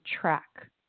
track